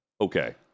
Okay